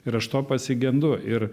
ir aš to pasigendu ir